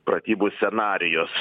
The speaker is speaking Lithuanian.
pratybų scenarijus